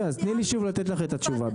אז תני לי שוב לתת לך את התשובה.